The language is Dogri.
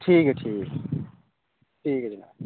ठीक ऐ ठीक ठीक ऐ जनाब